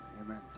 Amen